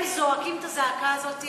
הם זועקים את הזעקה הזאת.